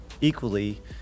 equally